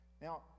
now